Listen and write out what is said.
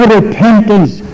repentance